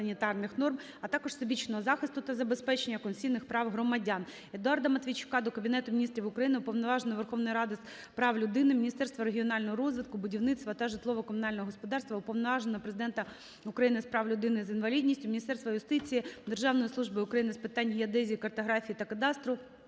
а також всебічного захисту та забезпечення конституційних прав громадян. Едуарда Матвійчука до Кабінету Міністрів України, Уповноваженого Верховної Ради з прав людини, Міністерства регіонального розвитку, будівництва та житлово-комунального господарства, Уповноваженого Президента України з прав людей з інвалідністю, Міністерства юстиції, Державної служби України з питань геодезії, картографії та кадастру,